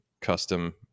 custom